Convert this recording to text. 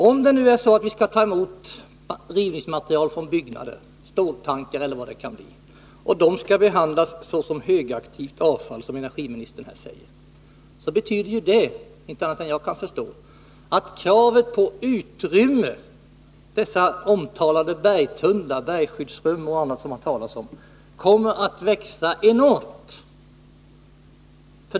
Om det är så att vi skall ta emot rivningsmaterial från byggnader, ståltankar och vad det kan bli fråga om och om detta material skall behandlas såsom högaktivt avfall, som energiministern här säger, då betyder det såvitt jag kan förstå att kravet på utrymme — 29 dessa bergtunnlar, bergskyddsrum och annat som det talats om — kommer att växa enormt.